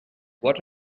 what